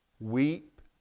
Weep